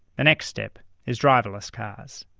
the next step is driverless cars.